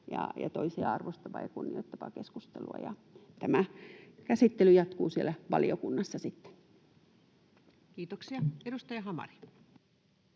toisia arvostavaa ja kunnioittavaa keskustelua, ja tämä käsittely jatkuu siellä valiokunnassa sitten. [Speech 188]